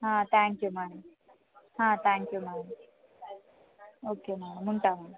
thank you madam thank you madam okay madam ఉంటాను